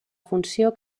funció